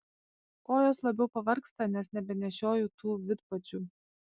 kojos labiau pavargsta nes nebenešioju tų vidpadžių